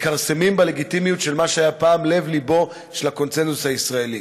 מכרסמים בלגיטימיות של מה שהיה פעם לב-לבו של הקונסנזוס הישראלי.